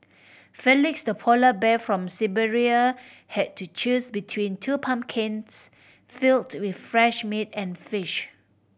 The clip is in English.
Felix the polar bear from Siberia had to choose between two pumpkins filled with fresh meat and fish